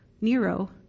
Nero